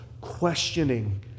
questioning